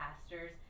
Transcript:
pastors